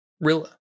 Rilla